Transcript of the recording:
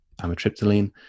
amitriptyline